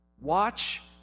Watch